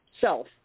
self